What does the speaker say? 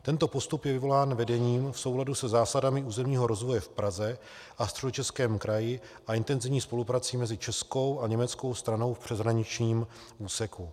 Tento postup je vyvolán vedením v souladu se zásadami územního rozvoje v Praze a Středočeském kraji a intenzivní spoluprací mezi českou a německou stranou v přeshraničním úseku.